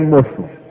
Muslim